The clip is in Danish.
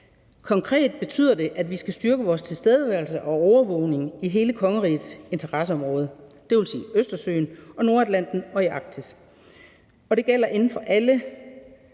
Konkret betyder det, at vi skal styrke vores tilstedeværelse og overvågning i hele kongerigets interesseområde, dvs. Østersøen, Nordatlanten og Arktis. Det gælder inden for alle